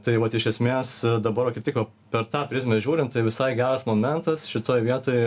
tai vat iš esmės dabar va kaip tik va per tą prizmę žiūrint tai visai geras momentas šitoj vietoj